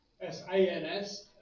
S-A-N-S